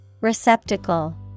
Receptacle